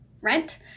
rent